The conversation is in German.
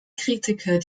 kritiker